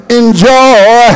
enjoy